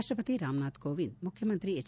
ರಾಪ್ಸಪತಿ ರಾಮನಾಥ್ ಕೋವಿಂದ್ ಮುಖ್ಯಮಂತ್ರಿ ಎಚ್